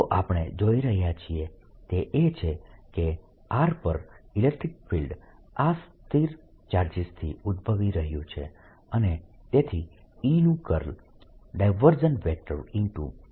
તો આપણે જોઈ રહ્યા છીએ તે એ છે કે r પર ઇલેક્ટ્રીક ફીલ્ડ આ સ્થિર ચાર્જીસ થી ઉદભવી રહ્યું છે અને તેથી E નું કર્લ E 0 છે